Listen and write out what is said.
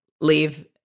leave